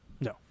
No